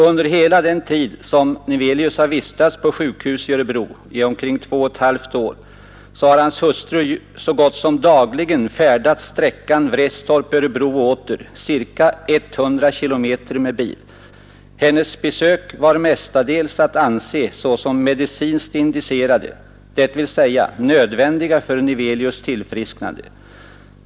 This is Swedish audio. Under hela den tid då Nevelius har vistats på sjukhus i Örebro, omkring två ett och ett halvt år, har hans hustru så gott som dagligen färdats sträckan Vretstorp-Örebro och åter, ca 100 km, med bil. Hennes besök var mestadels att anse såsom ”medicinskt indicerade”, dvs. nödvändiga för Nevelius” tillfrisknande.